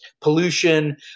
pollution